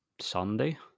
Sunday